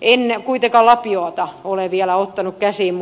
en kuitenkaan lapiota ole vielä ottanut käsiin